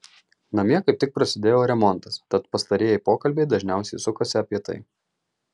namie kaip tik prasidėjo remontas tad pastarieji pokalbiai dažniausiai sukasi apie tai